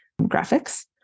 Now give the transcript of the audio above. graphics